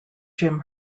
jim